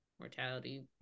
mortality